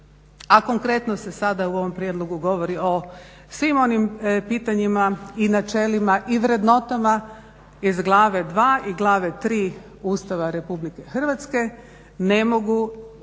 a konkretno se sada u ovom prijedlogu govori o svim onim pitanjima i načelima i vrednotama iz glave II. i glave III. Ustava Republike Hrvatske ne mogu